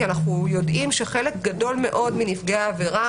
כי אנחנו יודעים שחלק גדול מאוד נפגעי העבירה